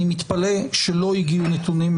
אני מתפלא שלא הגיעו נתונים.